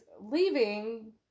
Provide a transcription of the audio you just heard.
leaving